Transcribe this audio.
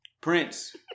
Prince